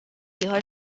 ieħor